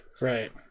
Right